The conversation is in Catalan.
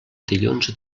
dilluns